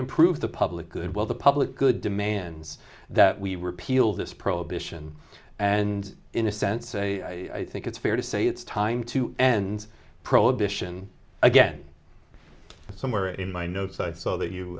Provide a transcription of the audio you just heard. improve the public good well the public good demands that we repeal this prohibition and in a sense a i think it's fair to say it's time to end prohibition again somewhere in my no side so that you